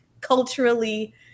culturally